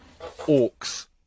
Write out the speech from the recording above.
orcs